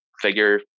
figure